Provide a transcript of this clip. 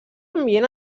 ambient